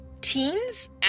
teens